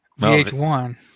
VH1